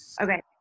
Okay